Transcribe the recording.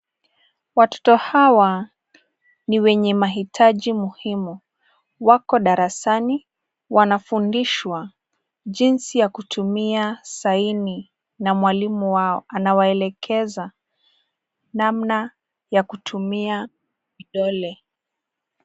Watoto hawa ni wenye mahitaji muhimu, wako darasani wanafundishwa jinsi ya kutumia saini na mwalimu wao. Akawaelekeza namna ya kutumia vidole.